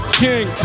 king